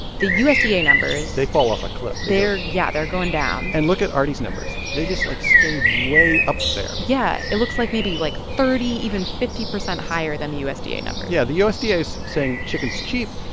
the usda yeah numbers. they fall off a cliff. they're yeah, they're going down and look at arty's numbers. they just, like, stay way up there yeah. it looks like maybe like thirty, even fifty percent higher than the usda yeah numbers yeah. the usda is saying chicken's cheap.